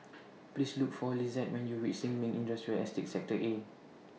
Please Look For Lizette when YOU REACH Sin Ming Industrial Estate Sector A